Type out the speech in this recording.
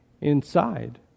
inside